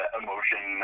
emotion